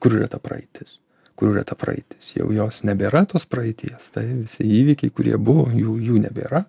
kur yra ta praeitis kur yra ta praeitis jau jos nebėra tos praeities tai visi įvykiai kurie buvo jų jų nebėra